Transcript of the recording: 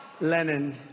Lenin